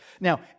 Now